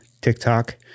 TikTok